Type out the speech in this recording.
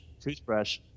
Toothbrush